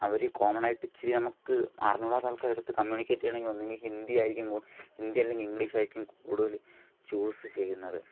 അവർ കോമണായിട്ട് ഇച്ചിരി നമുക്ക് അറിഞ്ഞു കൂടാത്ത ആൾകാരെ അടുത്ത് കമ്മൂണിക്കേറ്റ് ചെയ്യണമെങ്കിൽ ഒന്നെങ്കിൽ ഹിന്ദി ആയിരിക്കും കൂട് ഹിന്ദി അല്ലെങ്കിൽ ഇംഗ്ലീഷ് ആയിരിക്കും കൂടുതൽ ചൂസ് ചെയ്യുന്നത്